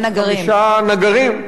רשת "חמישה נגרים", נכון.